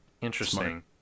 Interesting